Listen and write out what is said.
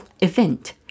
event